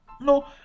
no